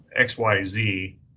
XYZ